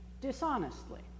dishonestly